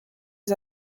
les